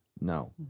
No